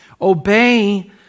Obey